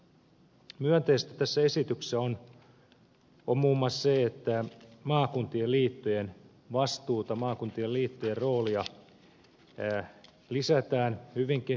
myönteistä tässä esityksessä on muun muassa se että maakuntien liittojen vastuuta maakuntien liittojen roolia lisätään hyvinkin vahvasti